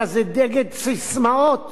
אלא זה נגד ססמאות